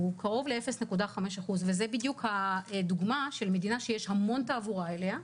הוא קרוב ל-0.5% וזה בדיוק הדוגמה של מדינה שיש המון תעבורה אליה,